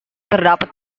terdapat